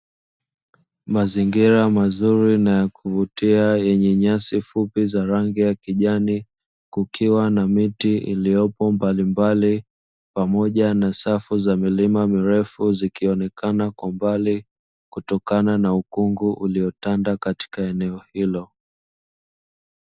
Mazingira mazuri na ya kuvutia yenye nyasi fupi za rangi ya kijani, kukiwa na miti iliyopo mbalimbali pamoja na safu za milima mirefu zikionekana kwa mbali kutokana na ukungu uliotanda katika eneo hilo.